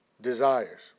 desires